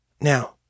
Now